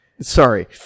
sorry